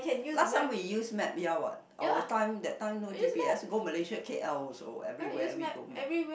last time we used map ya what our time that time no G_P_S go Malaysia K_L also everywhere we go map